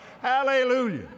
Hallelujah